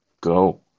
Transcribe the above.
go